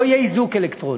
לא יהיה איזוק אלקטרוני,